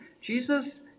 Jesus